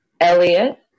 Elliot